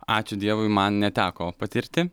ačiū dievui man neteko patirti